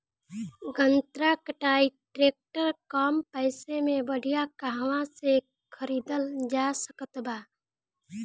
गन्ना कटाई ट्रैक्टर कम पैसे में बढ़िया कहवा से खरिदल जा सकत बा?